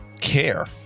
care